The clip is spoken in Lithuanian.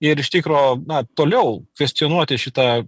ir iš tikro na toliau kvestionuoti šitą